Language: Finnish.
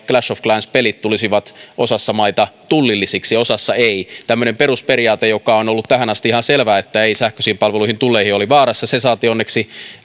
ja clash of clans pelit tulisivat osassa maita tullillisiksi ja osassa eivät tämmöinen perusperiaate joka on ollut tähän asti ihan selvä että ei sähköisiin palveluihin tulleja oli vaarassa se saatiin onneksi